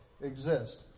exist